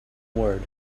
word